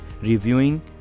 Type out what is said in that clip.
reviewing